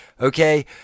okay